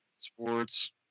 sports